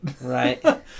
Right